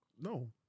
No